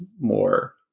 more